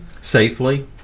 Safely